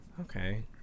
Okay